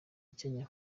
kenya